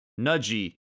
nudgy